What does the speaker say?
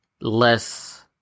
less